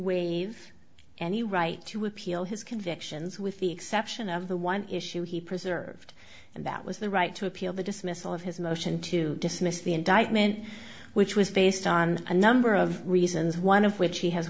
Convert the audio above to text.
waive any right to appeal his convictions with the exception of the one issue he preserved and that was the right to appeal the dismissal of his motion to dismiss the indictment which was based on a number of reasons one of which he has